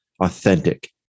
authentic